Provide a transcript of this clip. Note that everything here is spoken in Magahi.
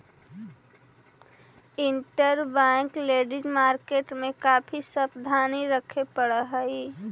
इंटरबैंक लेंडिंग मार्केट में काफी सावधानी रखे पड़ऽ हई